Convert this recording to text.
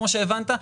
כמו שהבנת.